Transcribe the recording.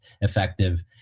effective